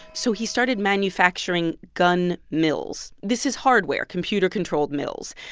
so he started manufacturing gun mills. this is hardware computer-controlled mills.